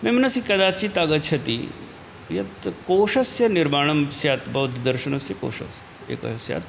मे मनसि कदाचित् आगच्छति यत् कोशस्य निर्माणं स्यात् बौद्धदर्शनस्य कोशस्य एकस्य